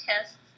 tests